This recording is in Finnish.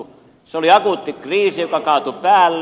se oli akuutti kriisi joka kaatui päälle